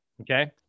okay